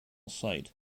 site